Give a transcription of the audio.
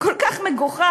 כל כך מגוחך,